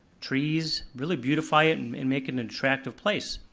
trees, really beautify it and and make an attractive place.